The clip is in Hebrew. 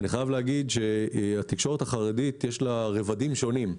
אני חייב להגיד שלתקשורת החרדית יש רבדים שונים,